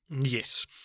Yes